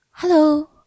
Hello